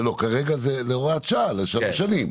לא, כרגע זה להוראת שעה לשלוש שנים.